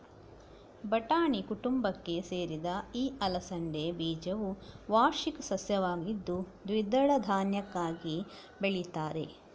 ಬಟಾಣಿ ಕುಟುಂಬಕ್ಕೆ ಸೇರಿದ ಈ ಅಲಸಂಡೆ ಬೀಜವು ವಾರ್ಷಿಕ ಸಸ್ಯವಾಗಿದ್ದು ದ್ವಿದಳ ಧಾನ್ಯಕ್ಕಾಗಿ ಬೆಳೀತಾರೆ